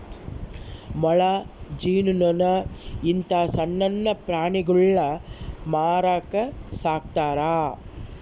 ಮೊಲ, ಜೇನು ನೊಣ ಇಂತ ಸಣ್ಣಣ್ಣ ಪ್ರಾಣಿಗುಳ್ನ ಮಾರಕ ಸಾಕ್ತರಾ